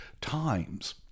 Times